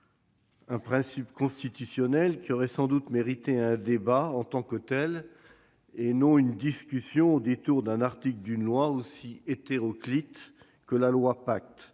un principe constitutionnel, ce qui aurait sans doute mérité un débat en tant que tel, et non une discussion au détour d'un article d'un texte aussi hétéroclite que la loi Pacte.